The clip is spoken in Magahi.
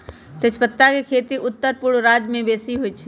तजपत्ता के खेती उत्तरपूर्व राज्यमें बेशी होइ छइ